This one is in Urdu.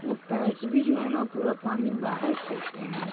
وہ پیڈس بھی جو ہیں نا پورا پانی باہر پھینکتے ہیں